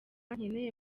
nkeneye